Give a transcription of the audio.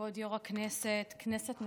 כבוד יו"ר הכנסת, כנסת נכבדה,